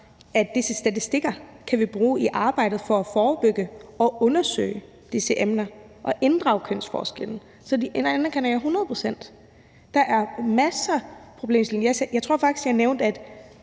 at de statistikker kan vi bruge i arbejdet for at forebygge og undersøge disse emner og inddrage kønsforskellen. Så det anerkender jeg hundrede procent. Der er masser af problemer med ulighed . Jeg tror faktisk, at jeg nævnte, at